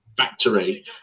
factory